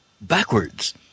backwards